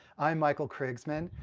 i'm michael krigsman,